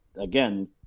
again